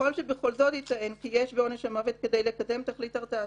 ככל שבכל זאת ייטען כי יש בעונש המוות כדי לקדם תכלית הרתעתית,